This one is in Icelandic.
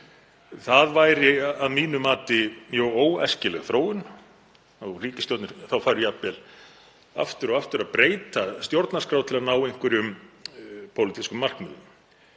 Það væri að mínu mati mjög óæskileg þróun. Ríkisstjórnin færi jafnvel aftur og aftur að breyta stjórnarskrá til að ná einhverjum pólitískum markmiðum